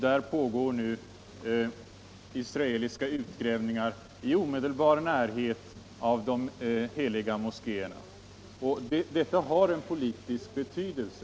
Där pågår nu israeliska utgrävningar i omedelbar närhet av de heliga moskéerna. Detta har en politisk betydelse.